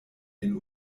den